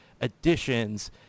additions